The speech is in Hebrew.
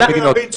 צריך להבין,